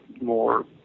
more